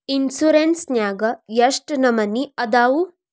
Insurance ನ್ಯಾಗ ಎಷ್ಟ್ ನಮನಿ ಅದಾವು?